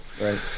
Right